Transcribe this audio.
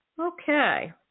Okay